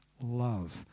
love